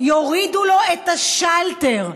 יורידו לו את השלטר,